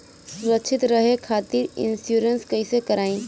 सुरक्षित रहे खातीर इन्शुरन्स कईसे करायी?